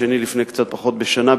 והשני לפני קצת פחות משנה,